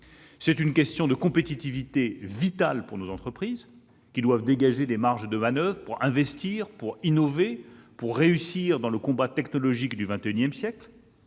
C'est une question de compétitivité vitale pour nos entreprises, qui doivent dégager des marges de manoeuvre pour investir, pour innover, pour connaître la réussite dans le combat technologique du XXI siècle.